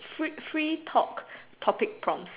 free free talk topic from